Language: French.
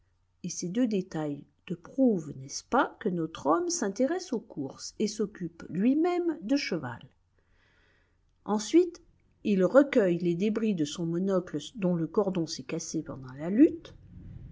et ces deux détails te prouvent n'est-ce pas que notre homme s'intéresse aux courses et s'occupe lui-même de cheval ensuite il recueille les débris de son monocle dont le cordon s'est cassé pendant la lutte